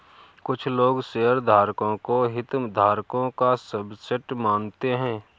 कुछ लोग शेयरधारकों को हितधारकों का सबसेट मानते हैं